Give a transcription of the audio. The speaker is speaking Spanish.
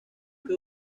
que